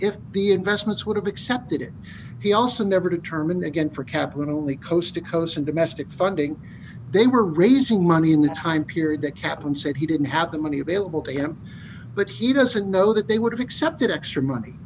if the investments would have accepted it he also never determined again for kaplan only coast to coast and domestic funding they were raising money in the time period that cap and said he didn't have the money available to him but he doesn't know that they would accept that extra money